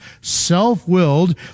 self-willed